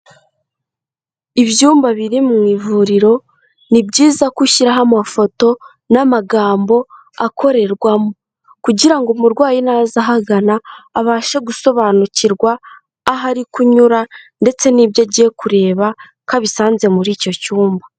Ibyumba biri mu ivuriro, ni byiza ko ushyiraho amafoto n'amagambo akorerwamo. Kugira ngo umurwayi naza ahagana, abashe gusobanukirwa aho ari kunyura ndetse n'ibyo agiye kureba ko abisanze muri icyo cyumba.